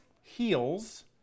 heals